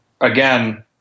again